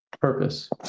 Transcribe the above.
purpose